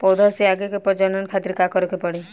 पौधा से आगे के प्रजनन खातिर का करे के पड़ी?